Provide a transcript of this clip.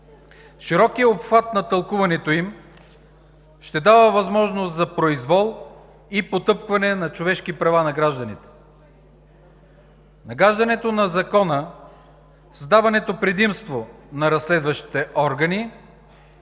Широкият обхват на тълкуването им ще дава възможност за произвол и потъпкване на човешки права на гражданите. Нагаждането на Закона, създаването на предимство на разследващите органи